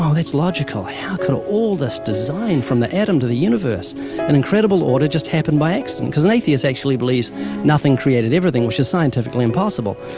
that's logical. how could ah all this design from the atom to the universe and incredible order just happen by accident? cause an atheist actually believes nothing created everything, which is scientifically impossible.